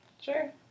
Sure